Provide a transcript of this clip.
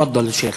תפאדל, שיח'.